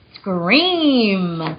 Scream